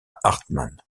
hartmann